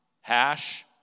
hash